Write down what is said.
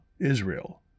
Israel